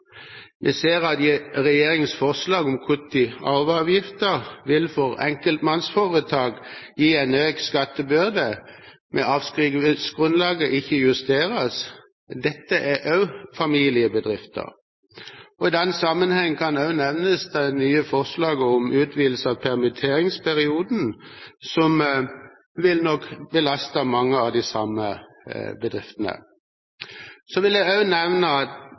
Vi ser at regjeringens forslag om kutt i arveavgiften vil for enkeltmannsforetak gi en økt skattebyrde om avskrivningsgrunnlaget ikke justeres. Dette er også familiebedrifter. I den sammenheng kan også nevnes det nye forslaget om utvidelse av permitteringsperioden, som nok vil belaste mange av de samme bedriftene. Jeg vil også nevne